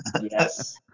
Yes